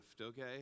okay